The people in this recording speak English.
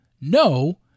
no